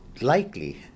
likely